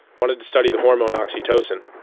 wanted to study the hormone oxytocin,